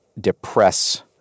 depress